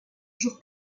jour